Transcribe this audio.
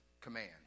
command